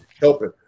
helping